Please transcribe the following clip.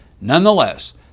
Nonetheless